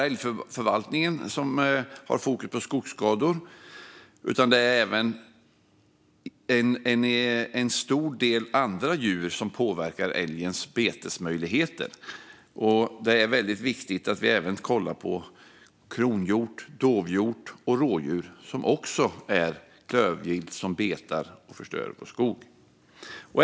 Älgförvaltningen har fokus på skogsskador, men det finns många andra djur som påverkar älgens betesmöjligheter. Det är väldigt viktigt att vi även kollar på kronhjort, dovhjort och rådjur, som också är klövvilt som betar och förstör vår skog.